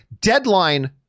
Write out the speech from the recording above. Deadline